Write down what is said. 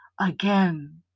Again